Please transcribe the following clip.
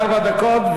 ארבע דקות,